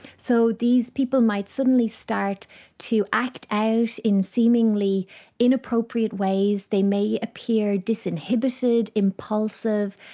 so these people might suddenly start to act out in seemingly inappropriate ways, they may appear disinhibited, impulsive,